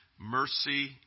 mercy